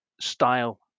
style